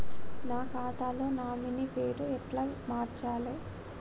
నా ఖాతా లో నామినీ పేరు ఎట్ల మార్చాలే?